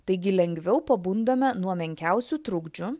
taigi lengviau pabundame nuo menkiausių trukdžių